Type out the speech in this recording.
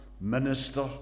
minister